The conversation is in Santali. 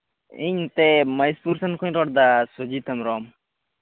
ᱤᱧ ᱱᱚᱛᱮ ᱢᱚᱦᱮᱥᱯᱩᱨ ᱥᱮᱱᱠᱷᱚᱱᱤᱧ ᱨᱚᱲᱫᱟ ᱥᱩᱡᱤᱛ ᱦᱮᱢᱵᱨᱚᱢ